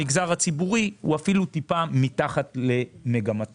המגזר הציבורי הוא אפילו טיפה מתחת למגמתו,